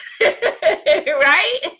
right